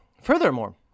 Furthermore